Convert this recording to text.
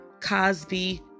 Cosby